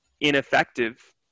ineffective